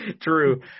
true